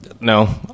no